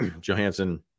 Johansson